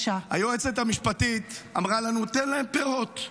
היועצת המשפטית אמרה לנו: תן להם פירות.